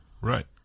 Right